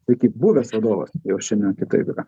tai kaip buvęs vadovas jau šiandien kitaip yra